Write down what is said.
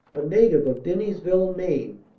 a native of dennysville, maine,